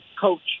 coach